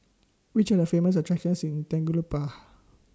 Which Are The Famous attractions in Tegucigalpa